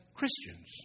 Christians